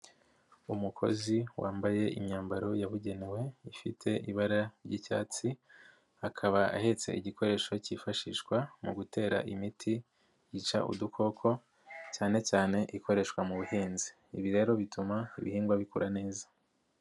Umukozi wambaye imyambaro yabugenewe ifite ibara ry'icyatsi akaba ahetse igikoresho kifashishwa mu gutera imiti yica udukoko cyane cyane ikoreshwa mu buhinzi, ibi rero bituma ibihingwa bikura neza.